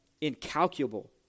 incalculable